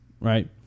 right